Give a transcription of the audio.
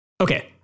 Okay